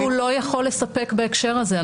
הוא לא יכול לספק בהקשר הזה.